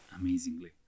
Amazingly